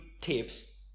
tips